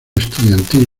estudiantil